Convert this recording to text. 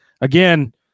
again